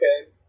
okay